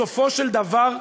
בסופו של דבר,